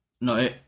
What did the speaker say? No